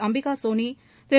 Ambika Soni Thiru